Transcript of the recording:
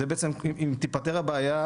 אם תיפתר הבעיה